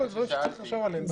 זה דברים שצריך לחשוב עליהם.